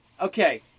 Okay